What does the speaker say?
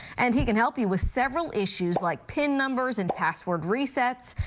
and he can help you with several issues like pin numbers and password resets.